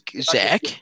Zach